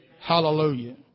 Hallelujah